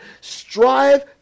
strive